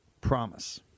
promise